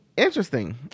Interesting